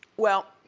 well,